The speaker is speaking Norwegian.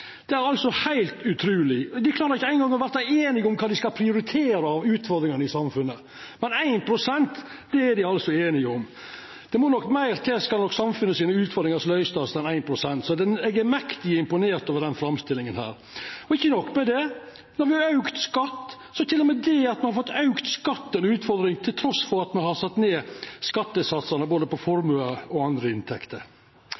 Det er heilt utruleg. Dei greier ikkje eingong å verta einige om kva dei skal prioritera av utfordringane i samfunnet. Men 1 pst. er dei altså einige om. Det må nok meir til enn 1 pst. for å løysa utfordringane i samfunnet. Så eg er mektig imponert over denne framstillinga. Og ikkje nok med det, no har me auka skatt, så til og med det at ein har fått auka skatt, er ei utfordring trass i at me har sett ned skattesatsane på både